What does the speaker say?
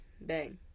Bang